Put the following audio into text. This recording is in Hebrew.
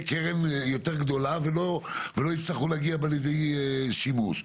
קרן יותר גדולה ולא יצטרכו להגיע בסוף לידי שימוש.